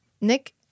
Nick